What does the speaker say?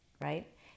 right